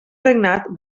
regnat